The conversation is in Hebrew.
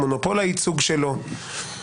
מונופול הייצוג שלו,